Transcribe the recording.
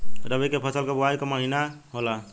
रबी फसल क बुवाई कवना महीना में होला?